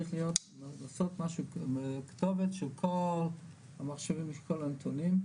צריך לעשות משהו עם כתובת שכל המחשבים עם כל הנתונים,